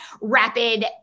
rapid